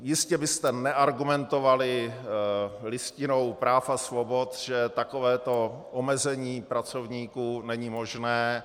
Jistě byste neargumentovali Listinou práv a svobod, že takovéto omezení pracovníků není možné.